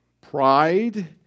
pride